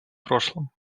прошлом